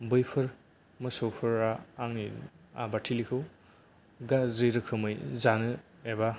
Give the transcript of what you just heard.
बैफोर मोसौफोरा आंनि आबादथिलिखौ गाज्रि रोखोमै जानो एबा